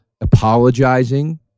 apologizing